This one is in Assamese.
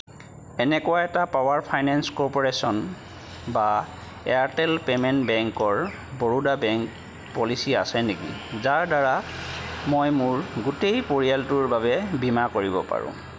এনেকুৱা এটা পাৱাৰ ফাইনেন্স কৰ্প'ৰেশ্যন বা এয়াৰটেল পেমেণ্ট বেংকৰ বৰোদা বেংক প'লিচি আছে নেকি যাৰ দ্বাৰা মই মোৰ গোটেই পৰিয়ালটোৰ বাবে বীমা কৰিব পাৰোঁ